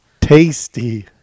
Tasty